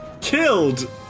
killed